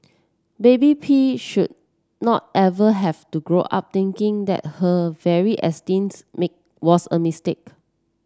baby P should not ever have to grow up thinking that her very existence make was a mistake